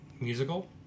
musical